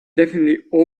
definitely